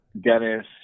Dennis